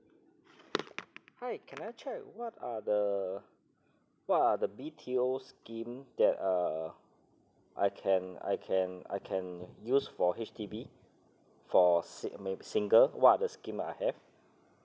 hi can I check what are the what are the B_T_O scheme that uh I can I can I can use for H_D_B for sing~ single what are the scheme I have